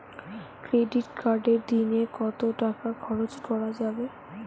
Credit কার্ডে দিনে কত টাকা খরচ করা যাবে?